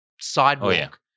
sidewalk